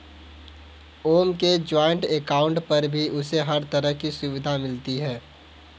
ओम के joint account पर भी उसे हर तरह की सुविधा मिलती है